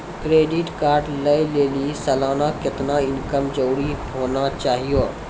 Credit card लय लेली सालाना कितना इनकम जरूरी होना चहियों?